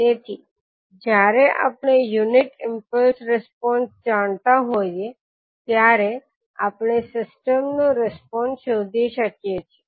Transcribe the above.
તેથી જ્યારે આપણે યુનીટ ઈમ્પલ્સ રિસ્પોન્સ જાણતા હોઇએ ત્યારે આપણે સિસ્ટમનો રિસ્પોન્સ શોધી શકીએ છીએ